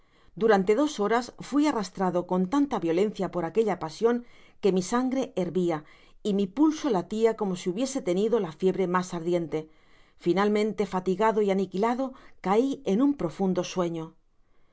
durante dos horas fui arrastrado con tanta violencia por aquella pasion que mi sangre hervia y mi pulso latia como si hubiese tenido la fiebre mas ardiente finalmente fatigado y aniquilado cai en un profundo sueño